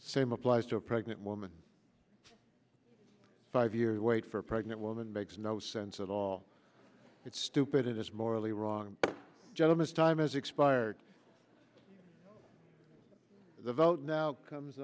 same applies to a pregnant woman five year wait for a pregnant woman makes no sense at all it's stupid and it's morally wrong gentleman's time has expired the vote now comes